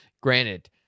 Granted